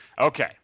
okay